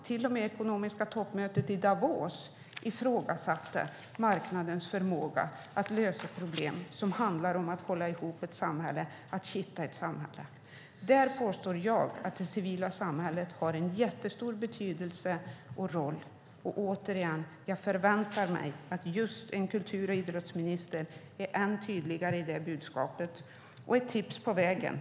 Till och med det på ekonomiska toppmötet i Davos ifrågasattes marknadens förmåga att lösa problem som handlar om att hålla ihop och kitta ett samhälle. Där påstår jag att det civila samhället har en jättestor betydelse och roll, och återigen: Jag förväntar mig att just en kultur och idrottsminister är tydligare i detta budskap. Jag har ett tips på vägen.